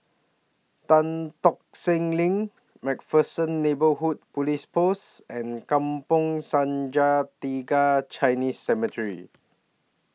Tan Tock Seng LINK MacPherson Neighbourhood Police Post and Kampong Sungai Tiga Chinese Cemetery